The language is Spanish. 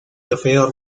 trofeo